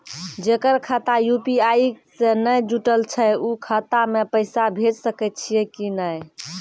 जेकर खाता यु.पी.आई से नैय जुटल छै उ खाता मे पैसा भेज सकै छियै कि नै?